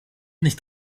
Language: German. nicht